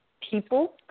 people